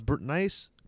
nice